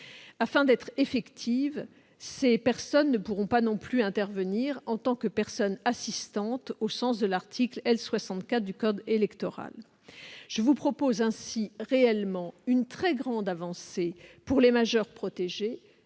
dispositif protecteur, ces personnes ne pourront pas non plus intervenir en tant que personnes assistantes au sens de l'article L. 64 du code électoral. Avec cette mesure, je vous propose réellement une très grande avancée pour les majeurs protégés